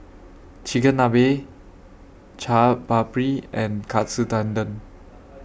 Chigenabe Chaat Papri and Katsu Tendon